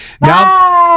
Now